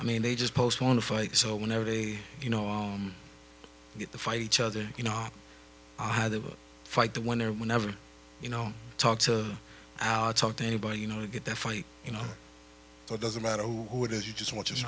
i mean they just postpone a fight so whenever they you know get the fight each other you know i had to fight the winner whenever you know talk to our talk to anybody you know get there for you know so it doesn't matter who it is you just want